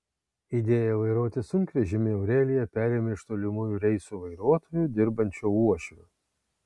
idėją vairuoti sunkvežimį aurelija perėmė iš tolimųjų reisų vairuotoju dirbančio uošvio